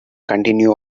continue